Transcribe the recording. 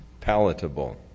palatable